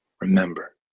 remember